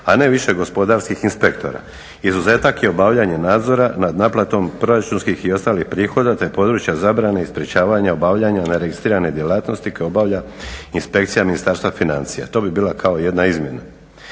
a ne više gospodarskih inspektora. Izuzetak je obavljanje nadzora nad naplatom proračunskih i ostalih prihoda te područja zabrane i sprječavanja obavljanja neregistrirane djelatnosti koja obavlja inspekcija Ministarstva financija. To bi bila kao jedna izmjena.